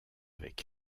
avec